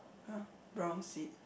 uh brown seat